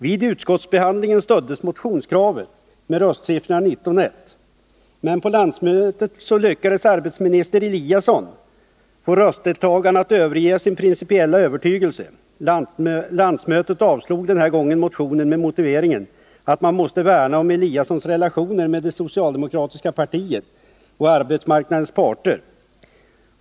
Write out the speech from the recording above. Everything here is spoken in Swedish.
Vid utskottsbehandlingen stöddes motionskravet med 147 På landsmötet däremot lyckades arbetsmarknadsminister Eliasson få röstdeltagarna att överge sin principiella övertygelse. Landsmötet avslog den här gången motionen med motiveringen att man måste värna om herr Eliassons relationer med det socialdemokratiska partiet och arbetsmarknadens parter.